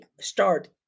start